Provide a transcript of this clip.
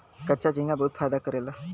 कच्चा झींगा बहुत फायदा करेला